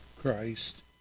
Christ